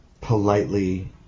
politely